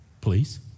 please